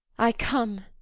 i come!